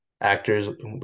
actors